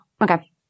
Okay